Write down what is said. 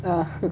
uh